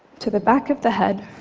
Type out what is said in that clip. to the back of the head,